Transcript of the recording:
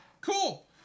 cool